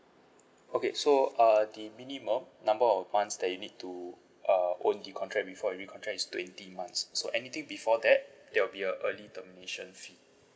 okay so err the minimum number of months that you need to err before you recontract is twenty months so anything before that there will be a early termination fee